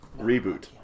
reboot